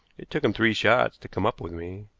it took him three shots to come up with me,